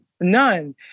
none